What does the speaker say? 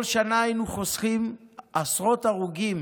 כל שנה היינו חוסכים עשרות הרוגים